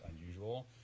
unusual